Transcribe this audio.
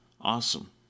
Awesome